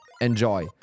Enjoy